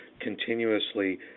continuously